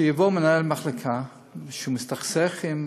שיבוא מנהל מחלקה שמסתכסך עם